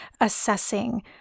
assessing